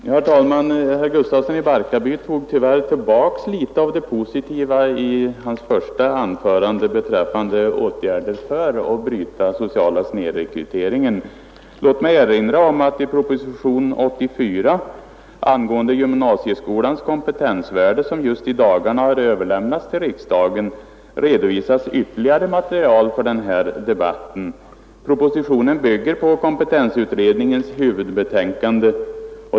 Herr talman! Herr Gustafsson i Barkarby tog tyvärr tillbaka litet av det positiva i sitt första anförande beträffande åtgärder för att bryta den sociala snedrekryteringen. Låt mig erinra om att i propositionen 84 angående gymnasieskolans kompetensvärde, som just i dagarna lämnats till riksdagen, redovisas ytterligare material för denna debatt. Propositionen bygger på kompetensutredningens huvudbetänkande.